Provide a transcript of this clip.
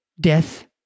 death